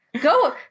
Go